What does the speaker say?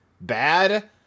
bad